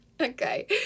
Okay